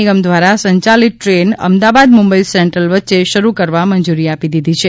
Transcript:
નિગમ દ્વારા સંચાલિત train Ahmedabad Mumbai central વચ્ચે શરૂ કરવા મંજુરી આપી દીધી છે